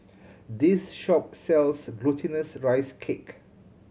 this shop sells Glutinous Rice Cake